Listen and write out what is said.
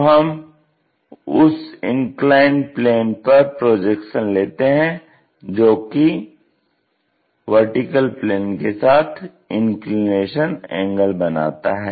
तो हम उस इन्क्लाइन्ड प्लेन पर प्रोजेक्शन लेते हैं जो कि VP के साथ इंक्लिनेशन एंगल बनाता है